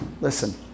listen